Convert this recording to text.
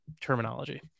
terminology